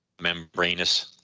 membranous